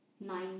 Nine